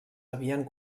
havien